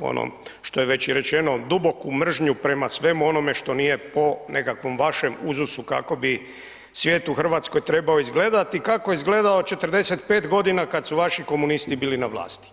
ono što je već i rečeno duboku mržnju prema svemu onome što nije po nekakvom vašem uzusu kako bi svijet u Hrvatskoj trebao izgledati, kako je izgledao 45 godina kad su vaši komunisti bili na vlasti.